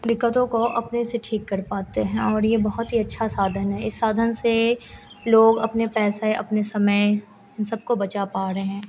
दिक्कतों को अपने से ठीक कर पाते हैं और यह बहुत ही अच्छा साधन है इस साधन से लोग अपने पैसे अपने समय इन सबको बचा पा रहे हैं